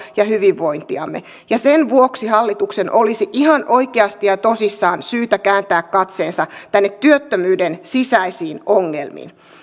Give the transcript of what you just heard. ja hyvinvointiamme sen vuoksi hallituksen olisi ihan oikeasti ja tosissaan syytä kääntää katseensa tänne työttömyyden sisäisiin ongelmiin